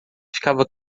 ficava